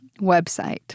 website—